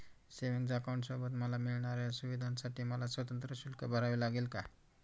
Savings अकाउंटसोबत मला मिळणाऱ्या सुविधांसाठी मला स्वतंत्र शुल्क भरावे लागेल का?